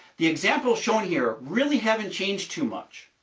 the example shown here really haven't changed too much.